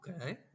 Okay